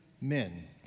men